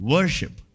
Worship